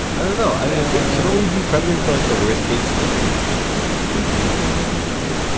i don't know. i should only be prepping for like the worst case scenario okay. so what does that look like?